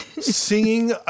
singing